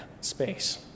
space